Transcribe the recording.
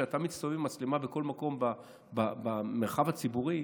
כשאתה מסתובב עם מצלמה בכל מקום במרחב הציבורי,